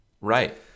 Right